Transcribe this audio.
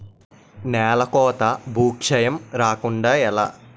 నేలకోత భూక్షయం రాకుండ ఎలా?